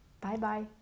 Bye-bye